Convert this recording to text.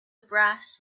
brass